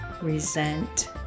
resent